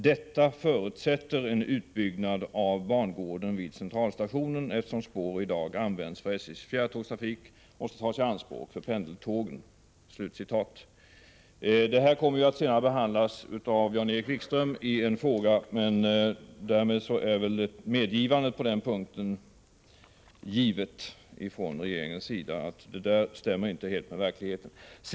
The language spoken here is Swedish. Detta förutsätter en utbyggnad av bangården vid Centralstationen, eftersom spår som i dag används för SJ:s fjärrtågstrafik måste tas i anspråk för pendeltågen.” Det här kommer senare att behandlas av Jan-Erik Wikström i en annan frågedebatt, men det medgivandet från regeringens sida är väl redan givet, att det där inte stämmer helt med verkligheten.